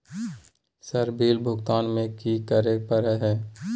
Sir bill भुगतान में की की कार्य पर हहै?